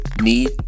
need